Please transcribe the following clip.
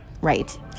Right